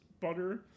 butter